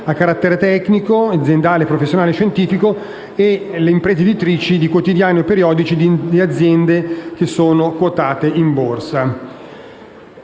a carattere tecnico, aziendale, professionale e scientifico e le imprese editrici di quotidiani e periodici di aziende che sono quotate in borsa.